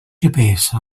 gps